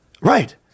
Right